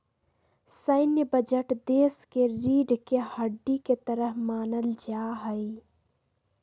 सैन्य बजट देश के रीढ़ के हड्डी के तरह मानल जा हई